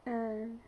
uh